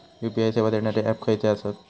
UPI सेवा देणारे app खयचे आसत?